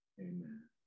Amen